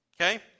okay